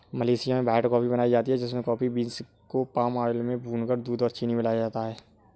Malaysia में white coffee बनाई जाती है जिसमें कॉफी बींस को पाम आयल में भूनकर दूध और चीनी मिलाया जाता है